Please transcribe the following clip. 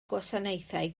gwasanaethau